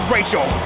Rachel